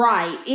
Right